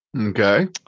Okay